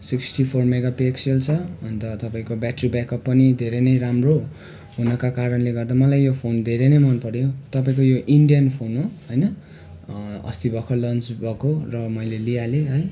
sixty four megapixel छ अन्त तपाईँको ब्याट्री ब्याकअप पनि धेरै नै राम्रो हुनाका कारणले गर्दा मलाई यो फोन धेरै नै मनपर्यो तपाईँको यो इन्डियन फोन हो होइन अस्ति भर्खरै लन्च भएको र मैले लिइहालेँ है